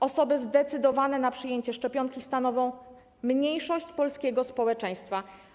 Osoby zdecydowane na przyjęcie szczepionki stanowią mniejszość polskiego społeczeństwa.